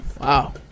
Wow